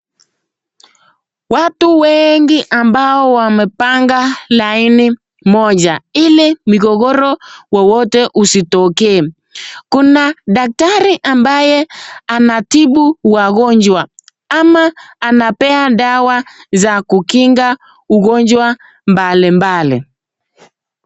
Watu wengi ambao wamepanga laini moja hili migogoro wowote usitoke. Kuna daktari ambaye anatibu wagonjwa ama anapewa dawa za kukinga ugonjwa mbalimbali.